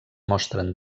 mostren